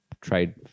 trade